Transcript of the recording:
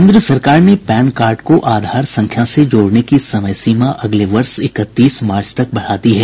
केंद्र सरकार ने पैन कार्ड को आधार संख्या से जोड़ने की समयसीमा अगले वर्ष इकतीस मार्च तक बढ़ा दी है